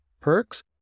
perks